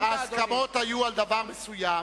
ההסכמות היו על דבר מסוים.